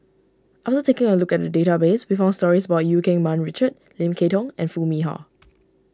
after taking a look at the database we found stories about Eu Keng Mun Richard Lim Kay Tong and Foo Mee Har